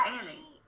Annie